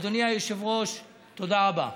אדוני היושב-ראש, תודה רבה.